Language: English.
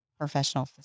professional